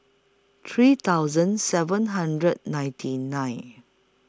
three thousand seven hundred ninety nine